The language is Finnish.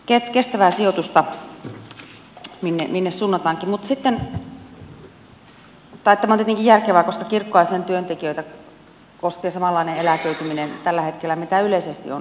tämä on tietenkin järkevää koska kirkkoa ja sen työntekijöitä koskee samanlainen eläköityminen tällä hetkellä kuin yleisesti on